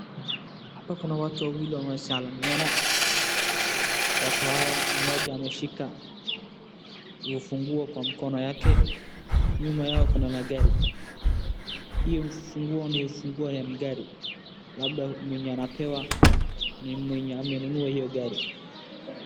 Hapa kuna watu wawili wamesalimiana. Watu hawa, mmoja ameshika ufunguo kwa mkono wake. Nyuma yao kuna magari. Hiyo funguo ni funguo ya gari. Labda mwenye anapewa ni mwenye amenunua hiyo gari.